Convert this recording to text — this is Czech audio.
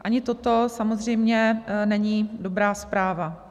Ani toto samozřejmě není dobrá zpráva.